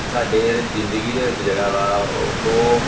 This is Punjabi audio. ਸਾਡੇ ਜਿਹੜੇ ਜ਼ਿੰਦਗੀ ਦੇ ਵਿੱਚ ਜਿਹੜਾ ਵਾ ਉਹ